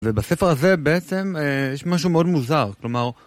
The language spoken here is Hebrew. ובספר הזה בעצם יש משהו מאוד מוזר, כלומר...